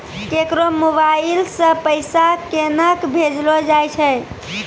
केकरो मोबाइल सऽ पैसा केनक भेजलो जाय छै?